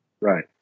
Right